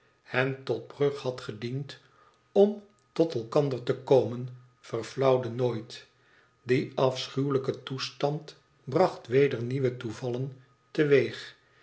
hen tot brug had gediend om tot elkander te komen verflauwde nooit die afschuwelijke toestand bracht weder nieuwe toevallen teweeg